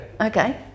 Okay